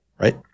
right